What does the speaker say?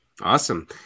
Awesome